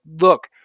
Look